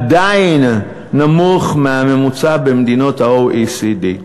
עדיין נמוך, מהממוצע במדינות ה-OECD.